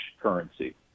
currency